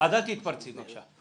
אל תתפרצי בבקשה.